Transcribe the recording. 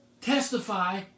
testify